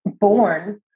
born